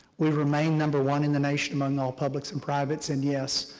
we remain number one in the nation among all publics and private and yes,